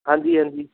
ਹਾਂਜੀ ਹਾਂਜੀ